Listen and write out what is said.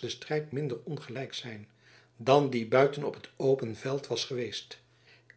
den strijd minder ongelijk zijn dan die buiten op het open veld was geweest